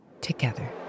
together